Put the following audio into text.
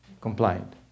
compliant